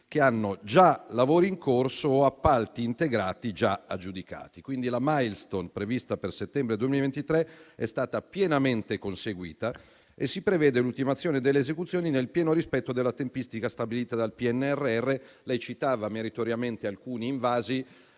che hanno già lavori in corso o appalti integrati già aggiudicati. Quindi, la *milestone* prevista per settembre 2023 è stata pienamente conseguita e si prevede l'ultimazione delle esecuzioni nel pieno rispetto della tempistica stabilita dal PNRR. Lei citava meritoriamente alcuni invasi.